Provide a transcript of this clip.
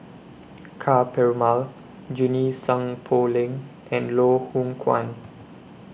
Ka Perumal Junie Sng Poh Leng and Loh Hoong Kwan